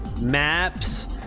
maps